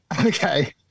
okay